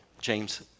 James